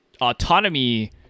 autonomy